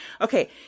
Okay